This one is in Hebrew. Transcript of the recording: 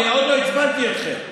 אני עוד לא עצבנתי אתכם.